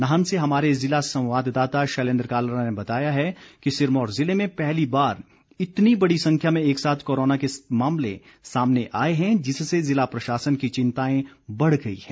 नाहन से हमारे ज़िला संवाददाता शैलेन्द्र कालरा ने बताया है कि सिरमौर जिले में पहली बार इतनी बड़ी संख्या में एकसाथ कोरोना के मामले सामने आए हैं जिससे ज़िला प्रशासन की चिंताएं बढ़ गई हैं